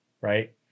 right